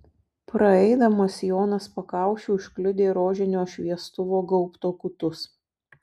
praeidamas jonas pakaušiu užkliudė rožinio šviestuvo gaubto kutus